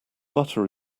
butter